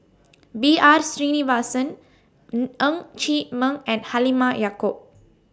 B R Sreenivasan Ng Chee Meng and Halimah Yacob